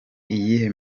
iyihe